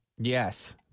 Yes